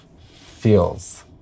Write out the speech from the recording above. feels